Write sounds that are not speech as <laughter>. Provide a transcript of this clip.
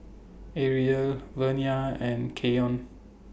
Areli Vernia and Keyon <noise>